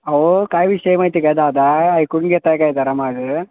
अहो काय विषय माहिती आहे का दादा ऐकून घेताय काय जरा माझं